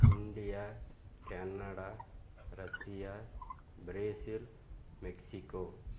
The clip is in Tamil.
India Canada Russia Brazil Mexico